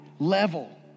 Level